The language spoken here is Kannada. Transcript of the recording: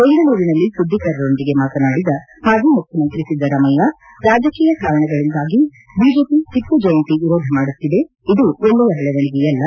ಬೆಂಗಳೂರಿನಲ್ಲಿ ಸುದ್ದಿಗಾರರೊಂದಿಗೆ ಮಾತನಾಡಿದ ಮಾಜಿ ಮುಖ್ಯಮಂತ್ರಿ ಿದ್ದರಾಮಯ್ಯ ರಾಜಕೀಯ ಕಾರಣಗಳಿಗಾಗಿ ಬಿಜೆಪಿ ಟಪ್ಪು ಜಯಂತಿ ವಿರೋಧ ಮಾಡುತ್ತಿದೆ ಇದು ಒಕ್ಕೆಯ ಬೆಳವಣಿಗೆಯಲ್ಲ